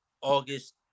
August